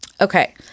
Okay